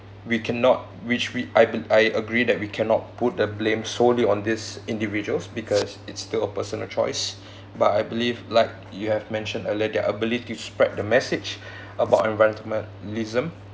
we cannot which we I've been I agree that we cannot put the blame solely on these individuals because it's still a personal choice but I believe like you have mentioned earlier their ability to spread the message about environmentalism